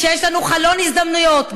כשיש לנו חלון הזדמנויות,